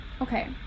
Okay